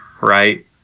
right